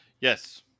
Yes